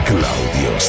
Claudio